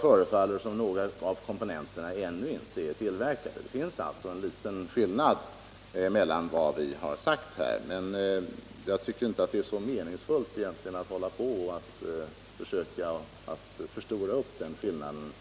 förefaller det som om några av komponenterna ännu inte är tillverkade. Det finns alltså en liten skillnad mellan vad vi har sagt här, men jag tycker inte att det är så meningsfullt att försöka förstora upp den skillnaden.